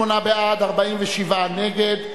38 בעד, 47 נגד,